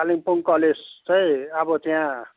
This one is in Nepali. कालिम्पोङ कलेज चाहिँ अब त्यहाँ